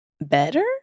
better